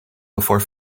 before